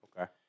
Okay